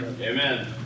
Amen